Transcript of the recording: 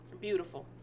Beautiful